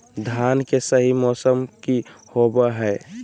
धान के सही मौसम की होवय हैय?